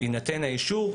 ברגע שיינתן האישור,